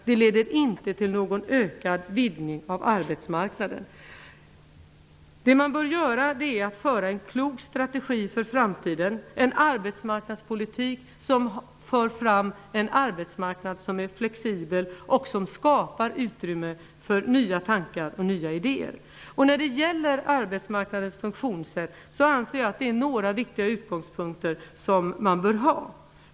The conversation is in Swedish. Det leder inte till någon ökad vidgning av arbetsmarknaden. Det man bör göra är att ha en klok strategi för framtiden. Det skall vara en arbetsmarknadspolitik som för fram en arbetsmarknad som är flexibel och som skapar utrymme för nya tankar och nya idéer. När det gäller arbetsmarknadens funktionssätt anser jag att man bör ha några viktiga utgångspunkter.